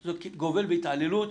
זה גובל בהתעללות.